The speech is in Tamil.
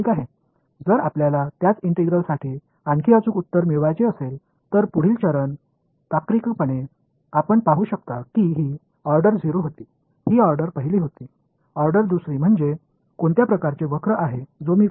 அதே ஒருங்கிணைப்புக்கு இன்னும் துல்லியமான பதிலை நீங்கள் பெற விரும்பினால் அடுத்த கட்டதை தர்க்கரீதியாக நீங்கள் பார்க்கலாம் இது வரிசை 0 இது வரிசை1 வரிசை 2 என்றால் நான் பொருந்தக்கூடிய ஒரு வகையான வளைவு என்ன